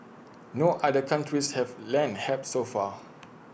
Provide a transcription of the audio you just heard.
no other countries have lent help so far